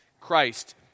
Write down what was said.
Christ